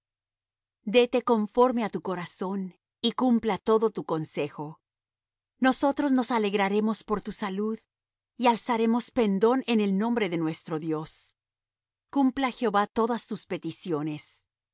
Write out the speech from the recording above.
déte conforme á tu corazón y cumpla todo tu consejo nosotros nos alegraremos por tu salud y alzaremos pendón en el nombre de nuestro dios cumpla jehová todas tus peticiones